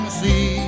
see